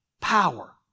power